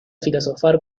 filosofar